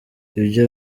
ibyo